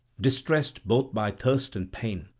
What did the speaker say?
distressed both by thirst and pain,